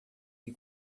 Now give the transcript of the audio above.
que